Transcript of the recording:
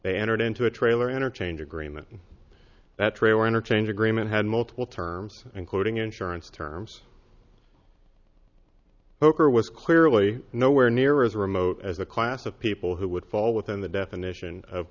they entered into a trailer interchange agreement that trade or interchange agreement had multiple terms including insurance terms poker was clearly nowhere near as remote as a class of people who would fall within the definition of